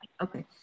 Okay